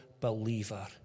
believer